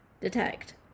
detect